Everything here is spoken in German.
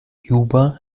juba